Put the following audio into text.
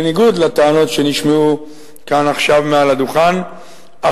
בניגוד לטענות שנשמעו כאן עכשיו מעל הדוכן,